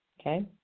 Okay